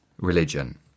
religion